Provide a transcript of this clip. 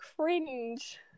cringe